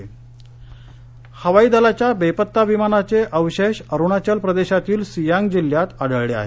air force हवाईदलाच्या बेपत्ता विमानाचे अवशेष अरुणाचल प्रदेशातील सियांग जिल्ह्यात आढळले आहेत